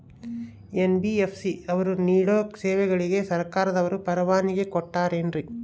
NBFC ಅವರು ನೇಡೋ ಸೇವೆಗಳಿಗೆ ಸರ್ಕಾರದವರು ಪರವಾನಗಿ ಕೊಟ್ಟಾರೇನ್ರಿ?